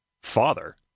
father